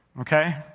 Okay